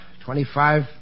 Twenty-five